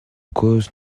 cause